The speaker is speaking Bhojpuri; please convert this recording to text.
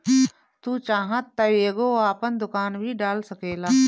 तू चाहत तअ एगो आपन दुकान भी डाल सकेला